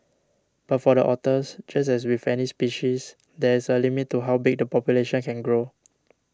but for the otters just as with any species there is a limit to how big the population can grow